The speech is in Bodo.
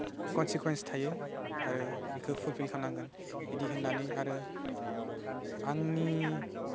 कन्सिकयेन्स थायो आरो बिखौ फुल फिल खामनांगोन बिदि होन्नानै आरो आंनि